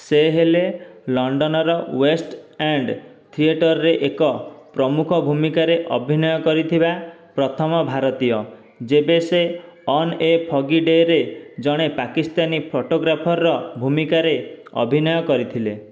ସେ ହେଲେ ଲଣ୍ଡନ୍ର ୱେଷ୍ଟ ଏଣ୍ଡ ଥିଏଟର୍ରେ ଏକ ପ୍ରମୁଖ ଭୂମିକାରେ ଅଭିନୟ କରିଥିବା ପ୍ରଥମ ଭାରତୀୟ ଯେବେ ସେ ଅନ୍ ଏ ଫଗି ଡେ'ରେ ଜଣେ ପାକିସ୍ତାନୀ ଫଟୋଗ୍ରାଫର ଭୂମିକାରେ ଅଭିନୟ କରିଥିଲେ